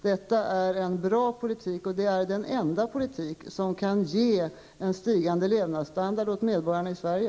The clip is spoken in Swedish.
Detta är en bra politik, och det är den enda politik som kan ge en stigande levnadsstandard åt medborgarna i Sverige.